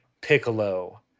Piccolo